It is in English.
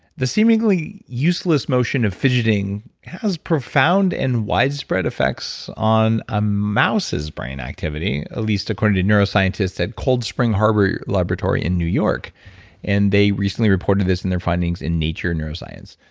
the seemingly useless motion of fidgeting has profound and widespread effects on a mouse's brain activity, at least according to neuroscientists at cold spring harbor laboratory in new york and they recently reported this in their findings in nature neuroscience.